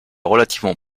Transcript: relativement